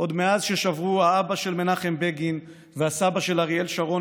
עוד מאז ששברו האבא של מנחם בגין והסבא של אריאל שרון